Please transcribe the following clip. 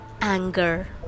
anger